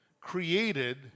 created